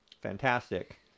fantastic